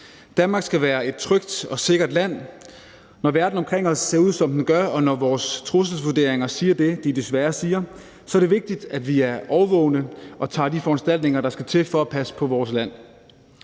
Danmark skal være et trygt og sikkert land. Når verden omkring os ser ud, som den gør, og når vores trusselsvurderinger siger det, de desværre siger, så er det vigtigt, at vi er årvågne, og at vi tager de foranstaltninger, der skal til, for at passe på vores land.